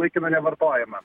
laikinai nevartojamą